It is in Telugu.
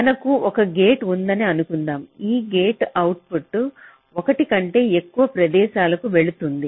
మనకు ఒక గేట్ ఉందని అనుకుందాం ఈ గేట్ అవుట్పుట్ ఒకటి కంటే ఎక్కువ ప్రదేశాలకు వెళుతుంది